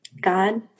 God